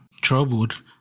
troubled